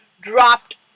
dropped